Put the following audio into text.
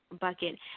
bucket